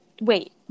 wait